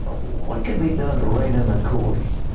what can be done to reign in the courts?